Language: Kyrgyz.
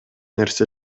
нерсе